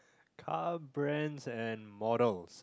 car brands and models